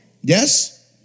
Yes